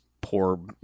poor